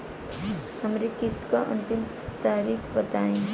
हमरे किस्त क अंतिम तारीख बताईं?